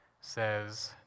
says